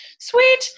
Sweet